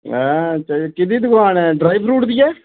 ऐं कैह्दी दकान ऐ ड्राई फ्रूट दी ऐ